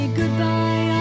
goodbye